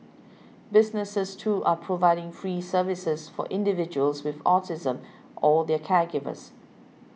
businesses too are providing free services for individuals with autism or their caregivers